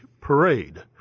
parade